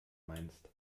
meinst